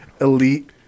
elite